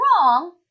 wrong